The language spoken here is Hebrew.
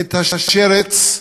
את השרץ,